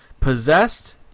Possessed